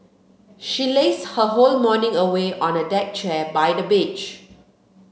she lazed her whole morning away on a deck chair by the beach